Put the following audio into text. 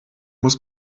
muss